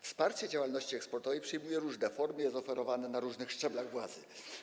Wsparcie działalności eksportowej przyjmuje różne formy, jest oferowane na różnych szczeblach władzy.